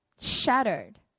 Shattered